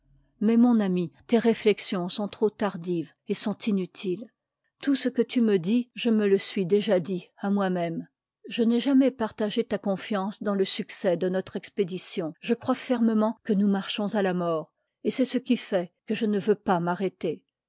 mais mon ami tes réflexions sont trop tardives et sont inutiles tout ce que tu me dis je me le suis déjà dit à moi-même je ijv jamais partagé ta confiance dans le succès de notre expédition je crois fermement que nous marchons à la mort et c'est ce qui fait que je ne veux pas m'arrêter